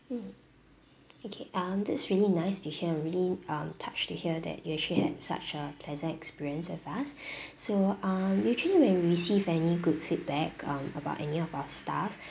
mm okay um that's really nice to hear really um touched to hear that you actually had such a pleasant experience with us so uh usually when we receive any good feedback um about any of our staff